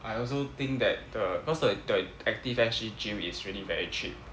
I also think that the cause like the Active S_G gym is really very cheap